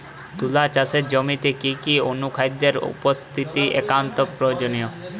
তুলা চাষের জমিতে কি কি অনুখাদ্যের উপস্থিতি একান্ত প্রয়োজনীয়?